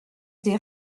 des